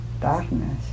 darkness